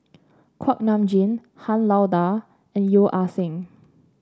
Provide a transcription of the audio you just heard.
Kuak Nam Jin Han Lao Da and Yeo Ah Seng